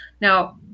Now